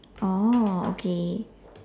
oh okay